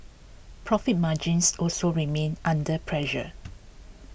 profit margins also remained under pressure